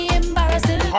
embarrassing